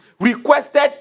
requested